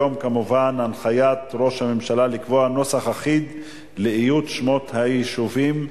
בנושא: הנחיית ראש הממשלה לקבוע נוסח אחיד בכתיבת שמות היישובים,